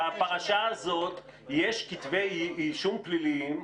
בפרשה הזאת יש כתבי אישום פליליים,